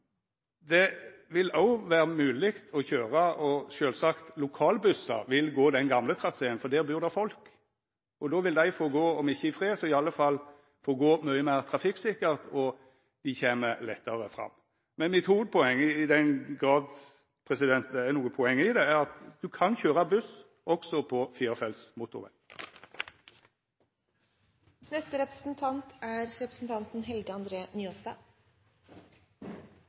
Det vil òg vera mogleg å køyra den gamle traseen, og sjølvsagt vil lokalbussar gå der, for der bur det folk, og då vil dei få gå om ikkje i fred, så iallfall mykje meir trafikksikkert, og dei kjem lettare fram. Hovudpoenget mitt, i den grad det er eit poeng, er at ein kan køyra buss også på firefelts motorveg. Som mange før meg har sagt i dag, er